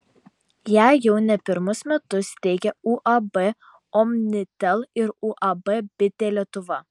ją jau ne pirmus metus teikia uab omnitel ir uab bitė lietuva